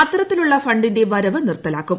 അത്തരത്തിലുള്ള ഫണ്ടിന്റെ വരവ് നിർത്തലാക്കും